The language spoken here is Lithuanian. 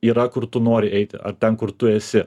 yra kur tu nori eiti ar ten kur tu esi